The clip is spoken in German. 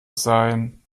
sein